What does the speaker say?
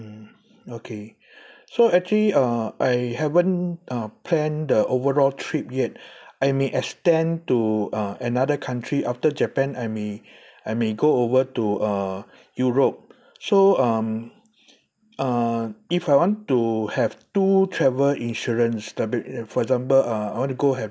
mm okay so actually uh I haven't uh plan the overall trip yet I may extend to uh another country after japan I may I may go over to uh europe so um uh if I want to have two travel insurance the be~ for example uh I want to go have